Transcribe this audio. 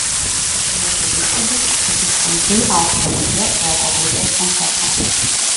pasilieka įspūdis kad išklausei aukšto lygio roko grupės koncertą